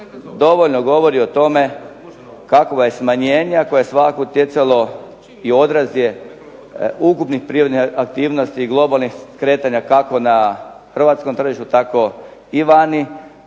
dovoljno govori o tome kakvo je smanjenje koje je svakako utjecalo i odraz je ukupnih prirodnih aktivnosti i globalnih kretanja kako na hrvatskom tržištu tako i vani,